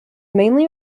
mainly